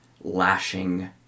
lashing